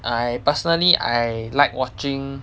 I personally I like watching